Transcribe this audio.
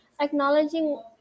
acknowledging